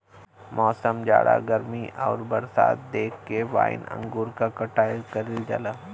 मौसम, जाड़ा गर्मी आउर बरसात देख के वाइन अंगूर क कटाई कइल जाला